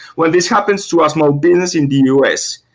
when this happens to us, more business in the u s,